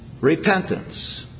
Repentance